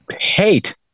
hate